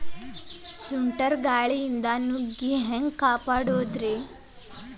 ಸುಂಟರ್ ಗಾಳಿಯಿಂದ ನುಗ್ಗಿ ಹ್ಯಾಂಗ ಕಾಪಡೊದ್ರೇ?